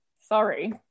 sorry